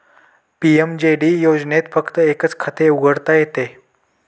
PMJD योजनेत फक्त एकच खाते उघडता येते